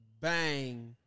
bang